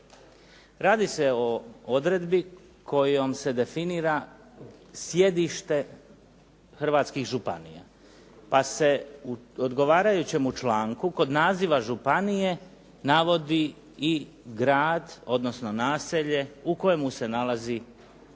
Radi se o odredbi kojom se definira sjedište hrvatskih županija, pa se u odgovarajućem članku kod naziva županije navodi i grad odnosno naselje u kojemu se nalazi sjedište